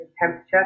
temperature